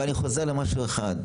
אבל אני חוזר למשהו אחד,